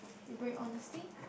you bring honesty